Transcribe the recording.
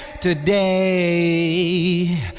today